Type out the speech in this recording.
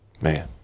man